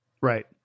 right